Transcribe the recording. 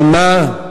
על מה?